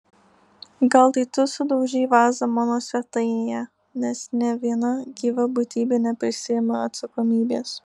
gal tai tu sudaužei vazą mano svetainėje nes nė viena gyva būtybė neprisiima atsakomybės